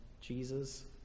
Jesus